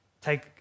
take